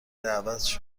دعوتش